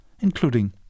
including